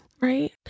Right